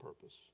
purpose